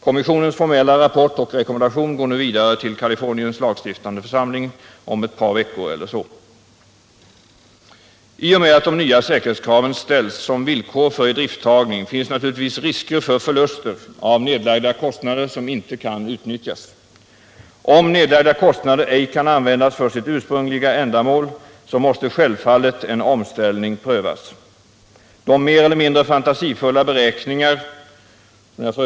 Kommissionens formella rapport och rekommendation går nu vidare till Californiens lagstiftande församling om ungefär ett par veckor. I och med att de nya säkerhetskraven ställs som villkor för idrifttagning finns naturligtvis risker för förluster av nedlagda kostnader som inte kan utnyttjas. Om nedlagda resurser ej kan användas för sitt ursprungliga ändamål, måste en omställning självfallet prövas. De mer eller mindre fantasifulla beräkningar som görs av oppositionen är därför meningslösa. Jag harf.